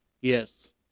Yes